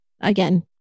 Again